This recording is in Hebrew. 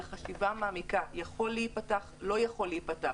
אלא חשיבה מעמיקה יכול להיפתח או לא יכול להיפתח.